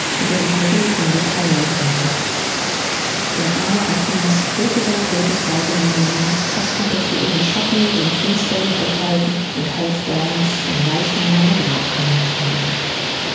und ihrem eigenen kinde theilen konnte der arme atinas hüllte sein todtes weib in ein linnen opferte für ihren schatten den finsteren gottheiten und half daunus den leichnam in eine grabkammer tragen